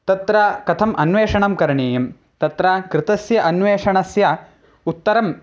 तत्र कथम् अन्वेषणं करणीयं तत्र कृतस्य अन्वेषणस्य उत्तरं